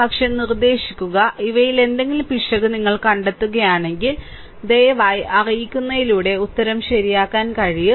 പക്ഷേ നിർദ്ദേശിക്കുക ഇവയിൽ എന്തെങ്കിലും പിശക് നിങ്ങൾ കണ്ടെത്തുകയാണെങ്കിൽ ദയവായി അറിയിക്കുന്നതിലൂടെ ഉത്തരം ശരിയാക്കാൻ കഴിയും